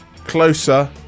Closer